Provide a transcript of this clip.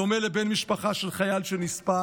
בדומה לבן משפחה של חייל שנספה,